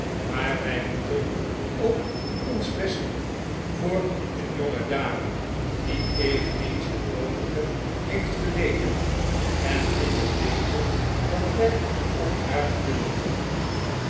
maar wij moeten ook ons best doon voor een jongedame die eveneens het noodige heeft geleden en in het beetje dat wij voor haar kunnen doen